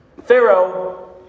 Pharaoh